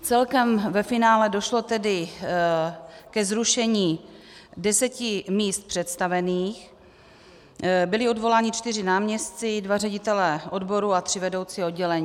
Celkem ve finále došlo tedy ke zrušení deseti míst představených, byli odvoláni čtyři náměstci, dva ředitelé odboru a tři vedoucí oddělení.